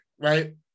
right